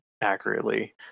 accurately